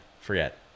Forget